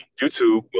youtube